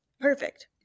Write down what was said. perfect